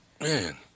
Man